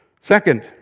Second